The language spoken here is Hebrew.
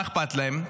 מה אכפת להם,